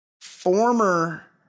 Former